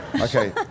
Okay